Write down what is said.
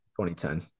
2010